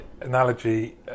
analogy